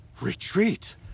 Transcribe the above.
Retreat